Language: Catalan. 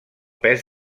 pes